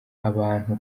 abantu